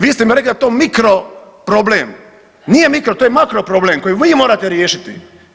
Vi ste mi rekli da je to mikro problem, nije mikro to je makro problem koji vi morate riješiti.